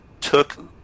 took